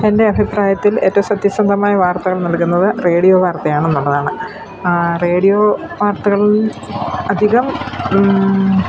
എൻ്റെ അഭിപ്രായത്തിൽ ഏറ്റവും സത്യസന്ധമായ വാർത്തകൾ നൽകുന്നത് റേഡിയോ വാർത്തയാണെന്നുള്ളതാണ് റേഡിയോ വാർത്തകൾ അധികം